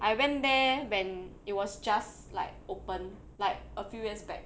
I went there when it was just like opened like a few years back